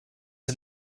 and